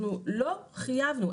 אנחנו לא חייבנו.